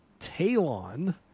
Talon